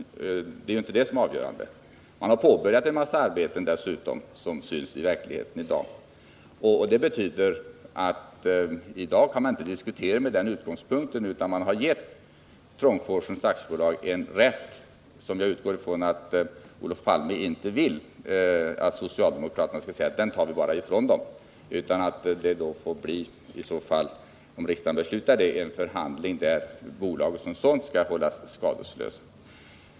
Det är inte det som är avgörande. Man har påbörjat en mängd arbeten dessutom, som syns i dag, och det betyder att nu kan vi inte diskutera från denna utgångspunkt. Man har givit Trångfors AB en rätt, och jag utgår från att Olof Palme inte vill att socialdemokraterna skall säga: Den rätten tar vi bara ifrån bolaget. Det får väl, om riksdagen fattar ett sådant beslut, bli en förhandling där bolaget som sådant skall hållas skadeslöst.